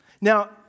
Now